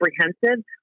comprehensive